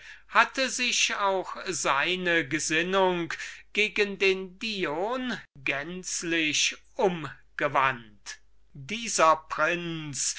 hatte sich auch seine gesinnung gegen den dion gänzlich umgewandt dieser prinz